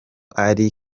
ali